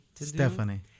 Stephanie